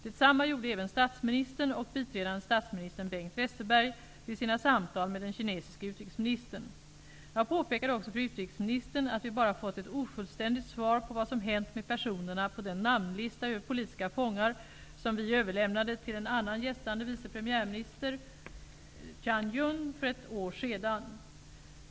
Detsamma gjorde även statsminister Carl Bildt och biträdande statsminister Bengt Westerberg vid sina samtal med den kinesiske utrikesministern. Jag påpekade också för utrikesministern att vi bara fått ett ofullständigt svar på vad som hänt med personerna på den namnlista över politiska fångar som vi överlämnade till en annan gästande vice premiärminister, Tian Jiyun, för ett år sedan.